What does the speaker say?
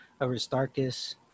Aristarchus